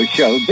Show